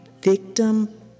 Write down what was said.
victim